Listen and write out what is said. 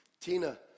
Tina